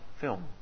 film